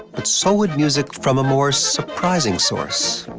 but so would music from a more surprising source.